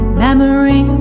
memory